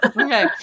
Okay